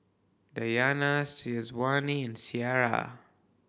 Dayana Syazwani Syirah